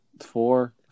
four